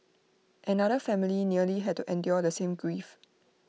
another family nearly had to endure the same grief